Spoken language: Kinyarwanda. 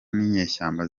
n’inyeshyamba